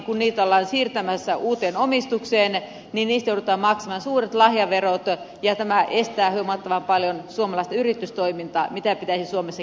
kun suuria metsätiloja ollaan siirtämässä uuteen omistukseen niin niistä joudutaan maksamaan suuret lahjaverot ja tämä estää huomattavan paljon suomalaista yritystoimintaa mitä pitäisi suomessa kehittää